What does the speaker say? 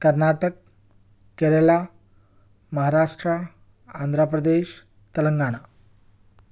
Karnataka Kerala Maharashtra Andhra Pradesh Telangana